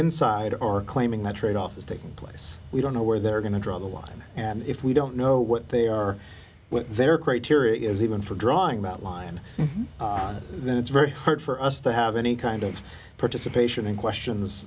inside are claiming that trade off is taking place we don't know where they're going to draw the line and if we don't know what they are what their criteria is even for drawing that line then it's very hard for us to have any kind of participation in questions